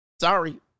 sorry